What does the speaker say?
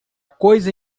coisa